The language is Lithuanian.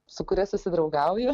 su kuria susidraugauju